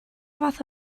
fath